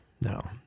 No